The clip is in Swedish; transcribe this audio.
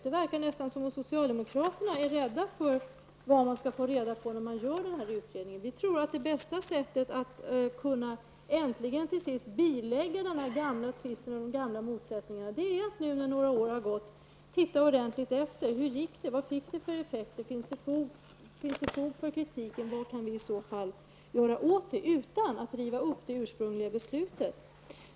Det verkar nästan som om socialdemokraterna är rädda för vad man skall få reda på när utredningen görs. Vi tror att det bästa sättet att äntligen bilägga den gamla tvisten och de gamla motsättningarna är att nu, sedan det gått några år, se efter hur det gick och vilka effekterna blev. Man bör fråga sig om det finns fog för kritiken och vad man i så fall kan göra åt det hela utan att riva upp det ursprungliga beslutet.